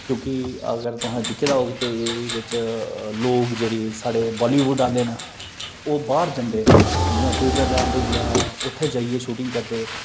क्योंकि अगर तुसें दिक्खे दा होग ते एहदे बिच लोग जेहड़े साढ़े बालीबुड़ आहले न ओह् बाहर जंदे जि'यां स्विट्जरलैंड होई गेआ उत्थै जाइयै शूटिंग करदे